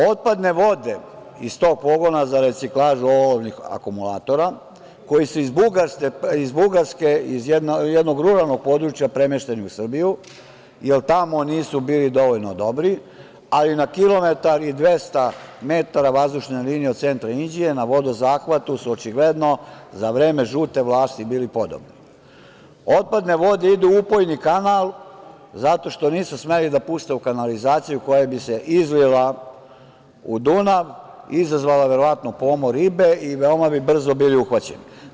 Otpadne vode iz tog pogona za reciklažu olovnih akumulatora koji su iz Bugarske iz jednog ruralnog područja premešteni u Srbiju, jer tamo nisu bili dovoljno dobri, ali na kilometar i 200 metara vazdušne linije od Sente do Inđije na vodozahvatu su očigledno za vreme žute vlasti bili podobni, otpadne vode idu u upojni kanal zato što nisu smeli da puste u kanalizaciju koja bi se izlila u Dunav, izazvala verovatno pomor ribe i veoma bi brzo bili uhvaćeni.